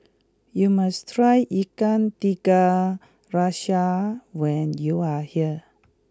you must try Ikan Tiga Rasa when you are here